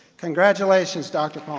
congratulations, dr. palmer.